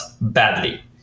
badly